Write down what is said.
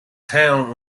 town